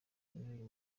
n’uyu